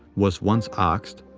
was once asked,